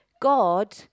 God